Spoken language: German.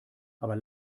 aber